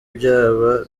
byaba